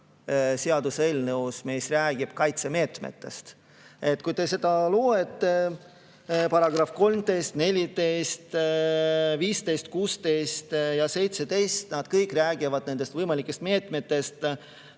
seaduseelnõus, mis räägib kaitsemeetmetest. Kui te seda loete, siis § 13, § 14, § 15, § 16 ja § 17 kõik räägivad nendest võimalikest meetmetest.